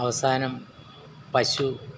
അവസാനം പശു